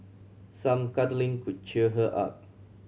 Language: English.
some cuddling could cheer her up